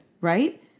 right